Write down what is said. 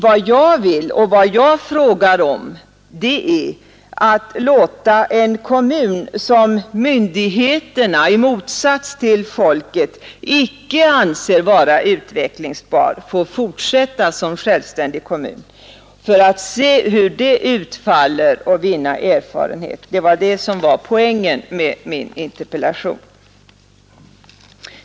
Vad jag vill och frågar om är att låta en kommun, som myndigheterna i motsats till folket icke anser vara utvecklingsbar, få fortsätta som självständig kommun för att se hur det utfaller och vinna erfarenhet. Det var det som var poängen med min interpellation.